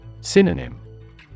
Synonym